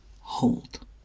hold